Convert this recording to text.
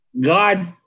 God